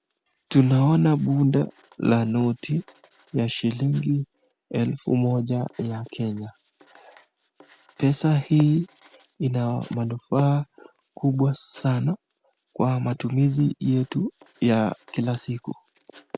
Tunaona bunda la noti ya shilingi elfu moja ya Kenya pesa hii ina manufaa kubwa sana kwa matumizi yetu ya kila siku.